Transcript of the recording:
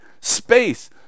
space